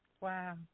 Wow